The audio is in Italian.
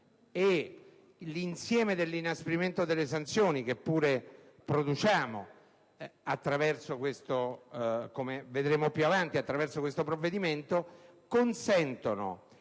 e l'insieme dell'inasprimento delle sanzioni che pure produciamo attraverso questo provvedimento, come